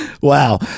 Wow